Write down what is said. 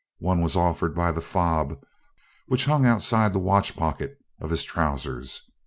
one was offered by the fob which hung outside the watchpocket of his trousers.